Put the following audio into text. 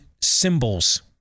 symbols